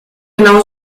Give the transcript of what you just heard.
genau